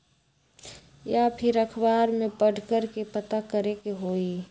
या फिर अखबार में पढ़कर के पता करे के होई?